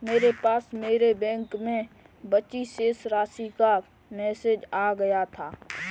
मेरे पास मेरे बैंक में बची शेष राशि का मेसेज आ गया था